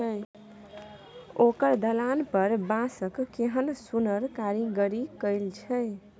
ओकर दलान पर बांसक केहन सुन्नर कारीगरी कएल छै